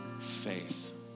faith